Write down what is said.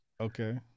Okay